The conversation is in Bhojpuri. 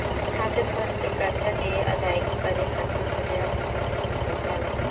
छात्रसन के करजा के अदायगी करे खाति परयाप्त समय दिहल जाला